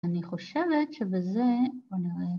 אני חושבת שבזה... בוא נראה.